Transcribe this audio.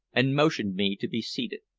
and motioned me to be seated.